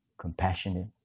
compassionate